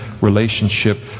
relationship